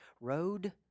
road